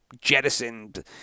jettisoned